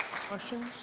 questions?